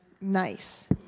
nice